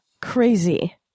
crazy